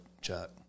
Chuck